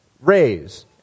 raise